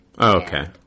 okay